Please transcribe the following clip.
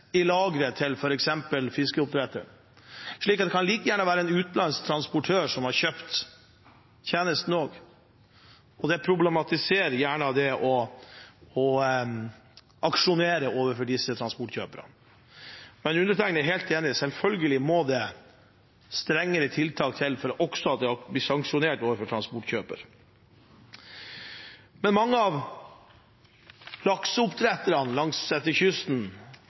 i lageret til f.eks. fiskeoppdretteren, slik at det kan like gjerne være en utenlandsk transportør som har kjøpt tjenesten, og det problematiserer det å aksjonere overfor disse transportkjøperne. Men undertegnede er helt enig; selvfølgelig må det strengere tiltak til for at det også blir sanksjonert overfor transportkjøper. Mange av lakseoppdretterne langsetter kysten har lenge vært med på en ordning hvor de faktisk ser til at kjøretøyene er i